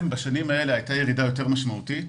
הייתה ירידה יותר משמעותית,